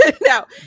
Now